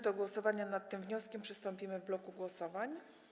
Do głosowania nad tym wnioskiem przystąpimy w bloku głosowań.